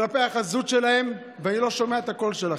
כלפי החזות שלהם, ואני לא שומע את הקול שלכם.